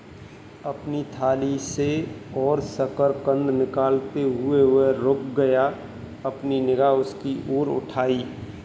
अपनी थाली से और शकरकंद निकालते हुए, वह रुक गया, अपनी निगाह उसकी ओर उठाई